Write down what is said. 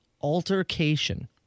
Altercation